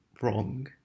wrong